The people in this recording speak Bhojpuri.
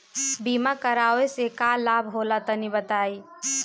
बीमा करावे से का लाभ होला तनि बताई?